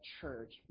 church